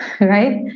right